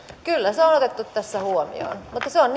kyllä se on otettu tässä huomioon mutta se on